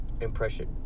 impression